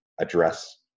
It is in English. address